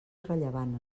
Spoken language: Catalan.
irrellevant